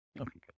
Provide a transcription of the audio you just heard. Okay